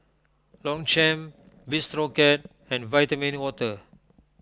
Longchamp Bistro Cat and Vitamin Water